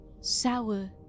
sour